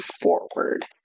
forward